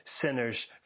sinners